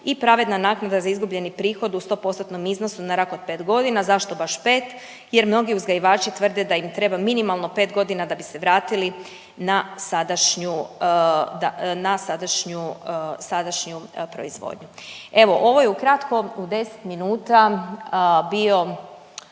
i pravedna naknada za izgubljeni prihod u 100%-tnom iznosu na rok od 5 godina. Zašto baš 5? Jer mnogi uzgajivači tvrde da im treba minimalno 5 godina da bi se vratili na sadašnju, na sadašnju, sadašnju proizvodnju. Evo, ovo je ukratko u 10 minuta bio